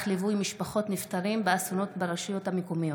ליווי משפחות נפטרים באסונות ברשויות המקומיות.